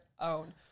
own